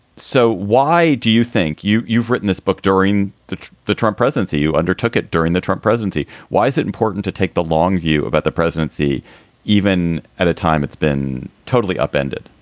so why do you think you've written this book during the the trump presidency? you undertook it during the trump presidency. why is it important to take the long view about the presidency even at a time it's been totally upended?